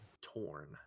Torn